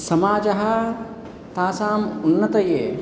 समाजः तासाम् उन्नतये